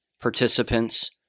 participants